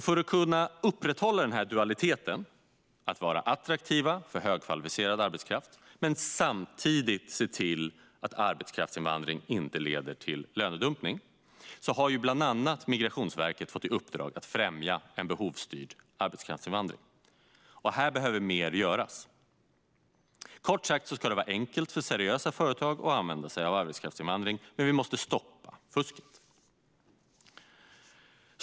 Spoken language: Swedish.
För att kunna upprätthålla den här dualiteten, alltså att vara attraktiva för högkvalificerad arbetskraft men samtidigt se till att arbetskraftsinvandring inte leder till lönedumpning, har bland annat Migrationsverket fått i uppdrag att främja en behovsstyrd arbetskraftsinvandring. Här behöver mer göras. Kort sagt ska det vara enkelt för seriösa företag att använda sig av arbetskraftsinvandring, men vi måste stoppa fusket.